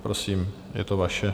Prosím, je to vaše.